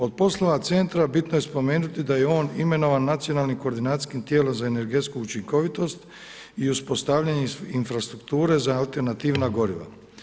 Od poslova centra bitno je spomenuti da je on imenovan nacionalnim koordinacijskim tijelom za energetsku učinkovitost i uspostavljanje infrastrukture za alternativna goriva.